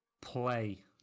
play